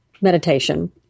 meditation